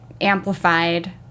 amplified